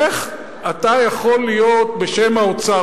איך אתה יכול בשם האוצר,